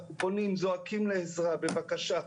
אנחנו פונים, זועקים לעזרה, בבקשה,